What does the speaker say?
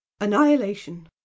annihilation